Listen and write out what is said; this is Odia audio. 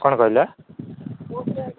କ'ଣ କହିଲେ